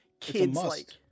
kids-like